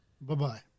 Bye-bye